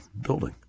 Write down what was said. building